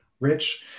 rich